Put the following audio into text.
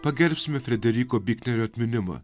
pagerbsime frederiko biknerio atminimą